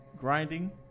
Grinding